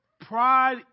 pride